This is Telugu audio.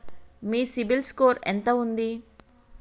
మీ సిబిల్ స్కోర్ ఎంత ఉంది?